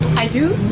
i do!